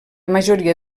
majoria